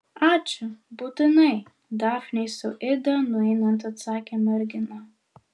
ačiū būtinai dafnei su ida nueinant atsakė mergina